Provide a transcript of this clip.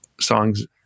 songs